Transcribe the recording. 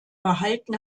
behalten